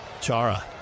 Chara